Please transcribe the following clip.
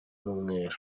n’umweru